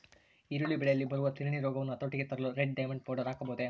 ಈರುಳ್ಳಿ ಬೆಳೆಯಲ್ಲಿ ಬರುವ ತಿರಣಿ ರೋಗವನ್ನು ಹತೋಟಿಗೆ ತರಲು ರೆಡ್ ಡೈಮಂಡ್ ಪೌಡರ್ ಹಾಕಬಹುದೇ?